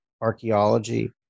archaeology